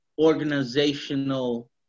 organizational